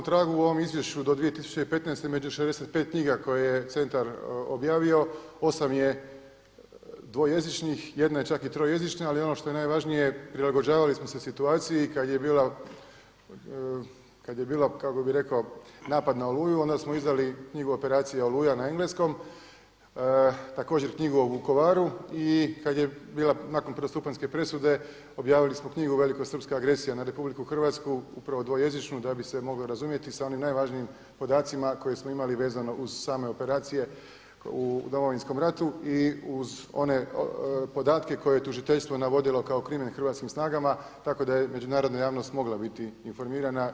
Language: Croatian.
Upravo na tom tragu u ovom izvješću do 2015. među 65 knjiga koje je centar objavio, 8 je dvojezičnih jedna je čak trojezična, ali ono što je najvažnije prilagođavali smo se situaciji kada je bila napad na Oluju, onda smo izdali knjigu Operacija Oluja na engleskom, također knjigu o Vukovaru i kada je bila nakon prvostupanjske presude objavili smo Velikosrpska agresija na RH upravo dvojezičnu da bi se moglo razumjeti sa onim najvažnijim podacima koje smo imali vezano uz same operacije u Domovinskom ratu i uz one podatke koje je tužiteljstvo navodilo kao krimen hrvatskim snagama tako da je međunarodna javnost mogla biti informirana.